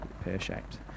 pear-shaped